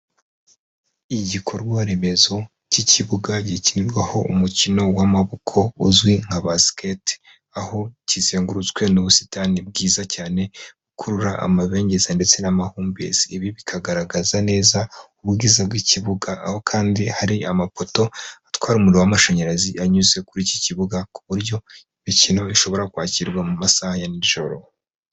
Igikorwa remezo cy'ikibuga gikinirwaho umukino w'amaboko uzwi nka basikete aho kizengurutswe n'ubusitani bwiza cyane, gikurura amabengeza ndetse n'amahumbezi ibi bikagaragaza neza ubwiza bw'ikibuga, aho kandi hari amapoto atwara umuriro w'amashanyarazi anyuze kuri iki kibuga ku buryo imikino ishobora kwakirwa mu masaha ya nijoro.